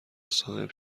صاحب